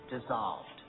dissolved